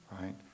right